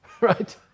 right